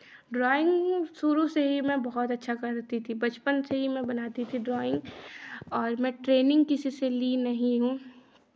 drawing शुरू से ही मैं बहुत अच्छा कर लेती थी बचपन से ही मैं बनाती थी ड्राॅइंग और मैं ट्रेनिंग किसी से ली नहीं हूँ